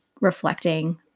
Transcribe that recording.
reflecting